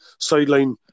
sideline